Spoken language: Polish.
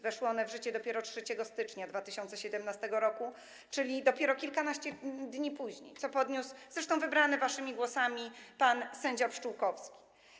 Weszły one w życie dopiero 3 stycznia 2017 r., czyli dopiero kilkanaście dni później, co podniósł - zresztą wybrany waszymi głosami - pan sędzia Pszczółkowski.